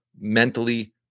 mentally